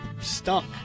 stunk